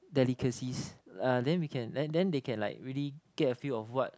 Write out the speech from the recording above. delicacies uh then we can then then they can like really get a feel of what